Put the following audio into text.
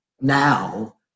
now